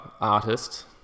artist